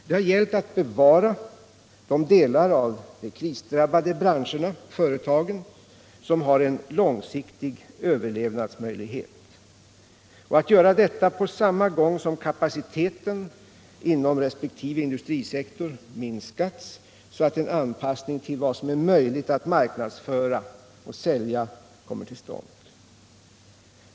Det har gällt att bevara de delar av de krisdrabbade branscherna och företagen som har en långsiktig överlevnadsmöjlighet och att göra det på samma gång som kapaciteten inom resp. industrisektor minskas så att en anpassning till vad som är möjligt att marknadsföra och sälja kommer till stånd.